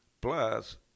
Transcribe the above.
Plus